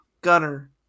gunner